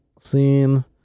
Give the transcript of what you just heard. scene